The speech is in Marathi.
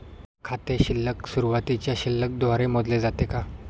खाते शिल्लक सुरुवातीच्या शिल्लक द्वारे मोजले जाते का?